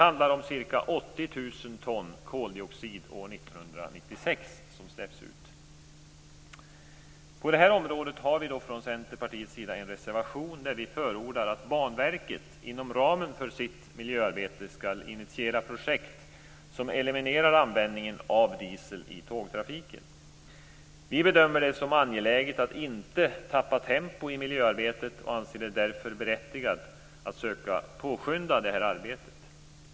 År 1996 släpptes ca 80 000 På det här området har Centerpartiet en reservation, i vilken vi förordar att Banverket inom ramen för sitt miljöarbete skall initiera projekt som eliminerar användningen av diesel i tågtrafiken. Vi bedömer det som angeläget att inte tappa tempo i miljöarbetet och anser det därför berättigat att söka påskynda det här arbetet.